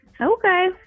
Okay